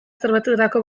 zerbaitetarako